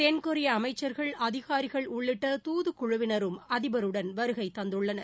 தென்கொரிய அமைச்சர்கள் அதிகாரிகள் உள்ளிட்ட தூதுக் குழுவினரும் அதிபருடன் வருகை தந்துள்ளனர்